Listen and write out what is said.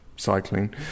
Cycling